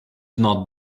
not